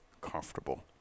comfortable